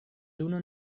luno